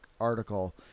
article